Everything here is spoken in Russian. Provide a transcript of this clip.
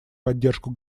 поддержку